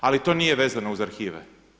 Ali to nije vezano uz arhive.